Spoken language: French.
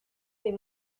des